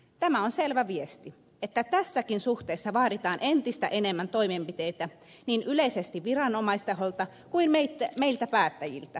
tämä on selvä viesti siitä että tässäkin suhteessa vaaditaan entistä enemmän toimenpiteitä niin yleisesti viranomaistaholta kuin meiltä päättäjiltä